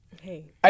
Hey